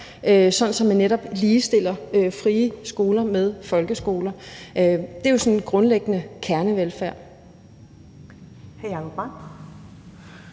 at man netop ligestiller frie skoler med folkeskoler. Det er jo sådan grundlæggende kernevelfærd.